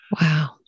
Wow